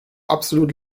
absolut